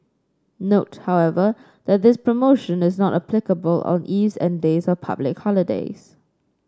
note however that this promotion is not applicable on eves and days of public holidays